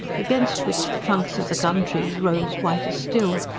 against which the trunks of the gum-trees rose whiter still,